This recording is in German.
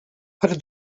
hatte